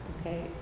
okay